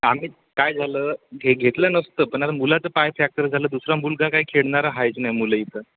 आम्ही काय झालं घे घेतलं नसतं पण आता मुलाचा पाय फॅक्टर झालं दुसरा मुलगा काय खेळणारं आहेच नाही मुलं इथं